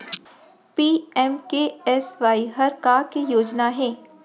PMKSY हर का के योजना हे?